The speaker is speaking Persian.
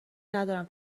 ندارم